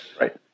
right